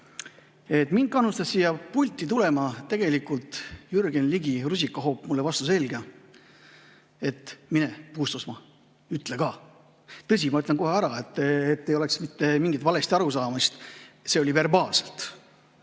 Mind kannustas siia pulti tulema tegelikult Jürgen Ligi rusikahoop mulle vastu selga, et mine, Puustusmaa, ütle ka. Tõsi, ma ütlen kohe ära, et ei oleks mitte mingit valesti arusaamist: see oli verbaalselt.